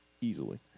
Easily